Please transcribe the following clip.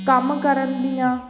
ਕੰਮ ਕਰਨ ਦੀਆਂ